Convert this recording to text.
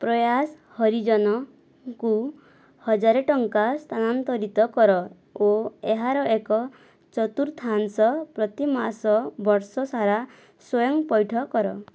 ପ୍ରୟାସ ହରିଜନଙ୍କୁ ହଜାର ଟଙ୍କା ସ୍ଥାନାନ୍ତରିତ କର ଓ ଏହାର ଏକ ଚତୁର୍ଥାଂଶ ପ୍ରତିମାସ ବର୍ଷ ସାରା ସ୍ଵୟଂ ପଇଠ କର